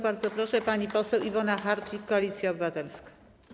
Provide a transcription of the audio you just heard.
Bardzo proszę, pani poseł Iwona Hartwich, Koalicja Obywatelska.